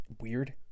weird